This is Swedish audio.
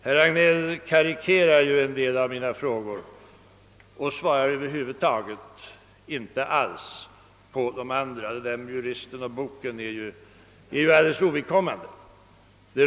Herr Hagnell karikerar en del av mina frågor och svarar över huvud taget inte alls på de andra. Vad herr Hagnell sade om juristen och boken är alldeles ovidkommande.